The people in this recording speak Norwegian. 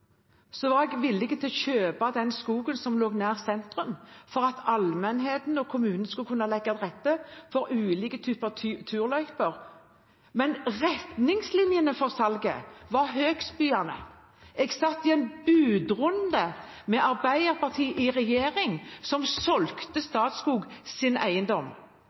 skogen som lå nær sentrum, for at allmennheten og kommunen skulle kunne legge til rette for ulike typer turløyper. Men retningslinjene for salget var høystbydende; jeg satt i en budrunde med Arbeiderpartiet i regjering, som solgte Statskogs eiendom.